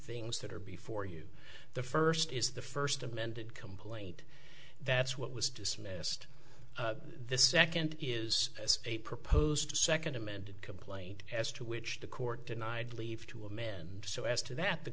things that are before you the first is the first amended complaint that's what was dismissed this second is as a proposed second amended complaint as to which the court denied leave to amend so as to that the